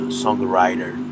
songwriter